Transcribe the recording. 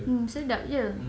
mm sedap jer